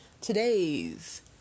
today's